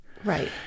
Right